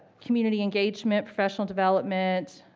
community engagement, professional development,